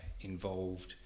involved